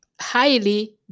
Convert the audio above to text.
highly